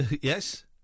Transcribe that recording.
Yes